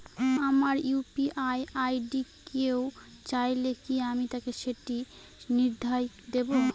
আমার UPI ID কেউ চাইলে কি আমি তাকে সেটি নির্দ্বিধায় দেব?